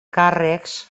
càrrecs